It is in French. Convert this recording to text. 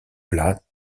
plats